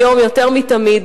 היום יותר מתמיד,